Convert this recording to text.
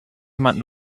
jemand